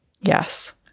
Yes